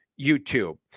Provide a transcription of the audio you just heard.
YouTube